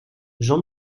jean